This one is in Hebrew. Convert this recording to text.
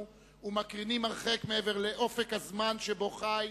ומקרינים הרחק מעבר לאופק הזמן שבו חי,